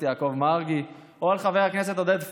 יעקב מרגי או על חבר הכנסת עודד פורר,